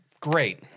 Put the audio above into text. great